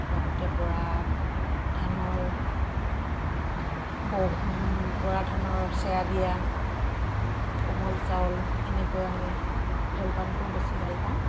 লগতে বৰা ধানৰ বৰা ধানৰ চেৱা দিয়া কোমল চাউল এনেকৈ আমি জলপানটোও বেছি ভাল পাওঁ